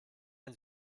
ein